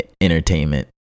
entertainment